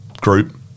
group